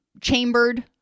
chambered